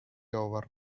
over